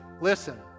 Listen